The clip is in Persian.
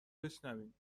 بشنویم